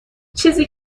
چیزی